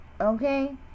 okay